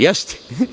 Jeste.